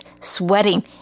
sweating